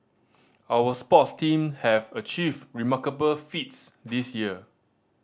our sports team have achieved remarkable feats this year